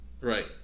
Right